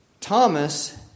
Thomas